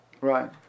Right